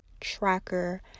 tracker